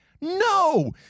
No